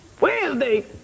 Wednesday